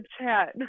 chat